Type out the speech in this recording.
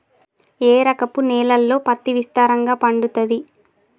ఏ రకపు నేలల్లో పత్తి విస్తారంగా పండుతది?